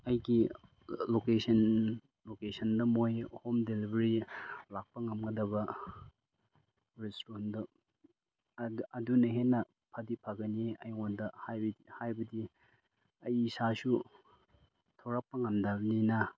ꯑꯩꯒꯤ ꯂꯣꯀꯦꯁꯟꯗ ꯃꯣꯏ ꯍꯣꯝ ꯗꯦꯂꯤꯚꯔꯤ ꯂꯥꯛꯄ ꯉꯝꯒꯗꯕ ꯔꯦꯁꯇꯨꯔꯦꯟꯗꯣ ꯑꯗꯨꯅ ꯍꯦꯟꯅ ꯐꯗꯤ ꯐꯒꯅꯤ ꯑꯩꯉꯣꯟꯗ ꯍꯥꯏꯕꯗꯤ ꯑꯩ ꯏꯁꯥꯁꯨ ꯊꯣꯔꯛꯄ ꯉꯝꯗꯕꯅꯤꯅ